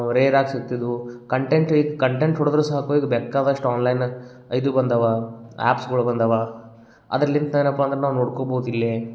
ರೇರಾಗಿ ಸಿಗ್ತಿದ್ದವು content with content ಹೊಡೆದ್ರೂ ಸಾಕು ಈಗ ಬೇಕಾದಷ್ಟು ಆನ್ಲೈನ್ ಇದು ಬಂದಾವ ಆ್ಯಪ್ಸ್ಗಳು ಬಂದಾವ ಅದರ್ಲಿಂದ್ ನಾವು ಏನಪ್ಪ ಅಂದ್ರೆ ನಾವು ನೋಡ್ಕೊಬೋದು ಇಲ್ಲೇ